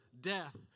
Death